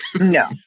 No